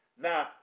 Now